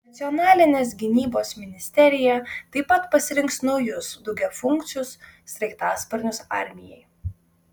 nacionalinės gynybos ministerija taip pat pasirinks naujus daugiafunkcius sraigtasparnius armijai